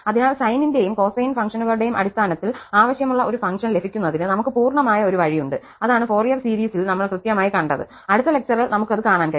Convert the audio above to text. അതിനാൽ സൈനിന്റെയും കൊസൈൻ ഫംഗ്ഷനുകളുടെയും അടിസ്ഥാനത്തിൽ ആവശ്യമുള്ള ഒരു ഫംഗ്ഷൻ ലഭിക്കുന്നതിന് നമുക് പൂർണ്ണമായ ഒരു വഴിയുണ്ട് അതാണ് ഫൊറിയർ സീരീസിൽ നമ്മൾ കൃത്യമായി കണ്ടത് അടുത്ത ലെക്ചറിൽ നമുക്കത് കാണാൻ കഴിയും